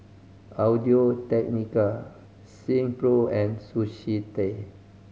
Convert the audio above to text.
Audio Technica Silkpro and Sushi Tei